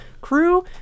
crew